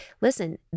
listen